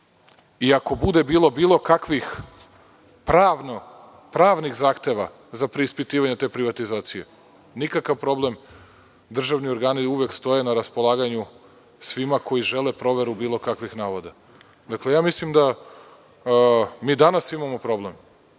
i ako bude bilo, bilo kakvih pravnih zahteva za preispitivanje te privatizacije, nikakav problem. Državni organi uvek stoje na raspolaganju svima koji žele proveru bilo kakvih navoda. Dakle, mislim da mi danas imamo problem,